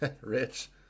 Rich